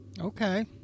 Okay